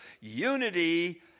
unity